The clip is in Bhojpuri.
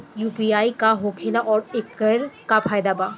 यू.पी.आई का होखेला आउर एकर का फायदा बा?